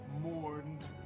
mourned